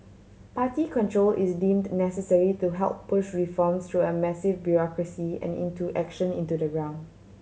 party control is deemed necessary to help push reforms through a massive bureaucracy and into action into the ground